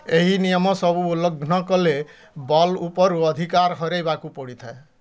ଏହି ନିୟମ ସବୁ ଉଲ୍ଲଙ୍ଘନ କଲେ ବଲ୍ ଉପରୁ ଅଧିକାର ହରାଇବାକୁ ପଡ଼ିଥାଏ